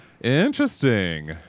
Interesting